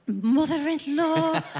mother-in-law